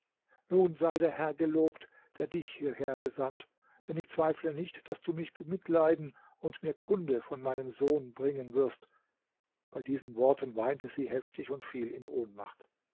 nun sei der herr gelobt der dich hierher gesandt denn ich zweifle nicht daß du mich bemitleiden und mir kunde von meinem sohn bringen wirst bei diesen worten weinte sie heftig und fiel in ohnmacht